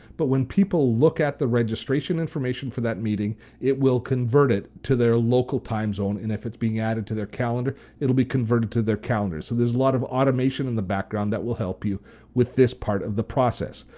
but when people look at the registration information for that meeting it will convert it to their local time zone and if it's being added to their calendar it'll be converted to their calendar. so there's a lot of automation in the background that will help you with this part of the process.